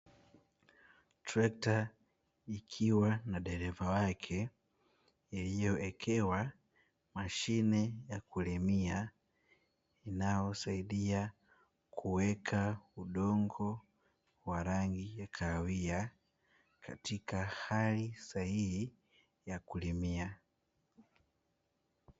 Trekta ikiwa na dereva wake iliyowekewa mashine ya kulimia inayosaidia kuweka udongo wa rangi ya kahawia katika hali sahihi ya kulimia.